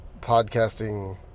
podcasting